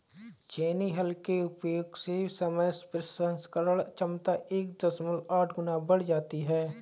छेनी हल के उपयोग से समय प्रसंस्करण क्षमता एक दशमलव आठ गुना बढ़ जाती है